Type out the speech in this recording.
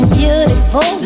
beautiful